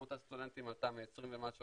כמות הסטודנטים עלתה מ-20,000 ומשהו